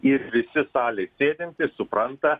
ir visi salėj sėdintys supranta